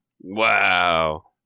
wow